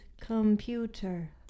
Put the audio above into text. computer